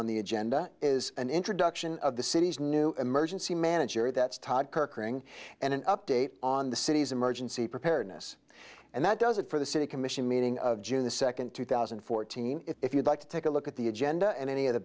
on the agenda is an introduction of the city's new emergency manager that's todd kirk ring and an update on the city's emergency preparedness and that does it for the city commission meeting of june the second two thousand and fourteen if you'd like to take a look at the agenda and any of the